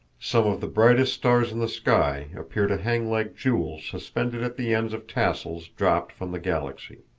some of the brightest stars in the sky appear to hang like jewels suspended at the ends of tassels dropped from the galaxy.